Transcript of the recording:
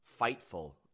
fightful